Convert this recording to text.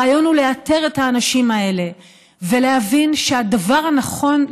הרעיון הוא לאתר את האנשים האלה ולהבין שהדבר הנכון,